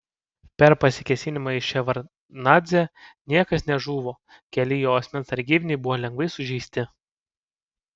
per pasikėsinimą į ševardnadzę niekas nežuvo keli jo asmens sargybiniai buvo lengvai sužeisti